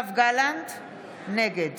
נגד